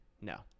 No